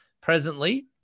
presently